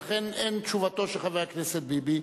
ולכן אין תשובתו של חבר הכנסת ביבי,